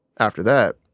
after that,